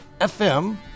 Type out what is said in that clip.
FM